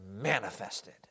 manifested